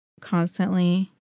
constantly